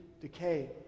decay